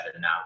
now